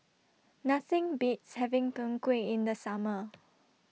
Nothing Beats having Png Kueh in The Summer